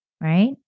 right